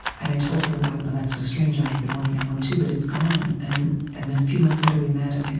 and i told her, well, that's so strange. i had been working on one too, but it's gone. and and then a few months later, we met, and